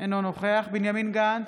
אינו נוכח בנימין גנץ,